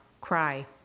cry